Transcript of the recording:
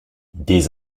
des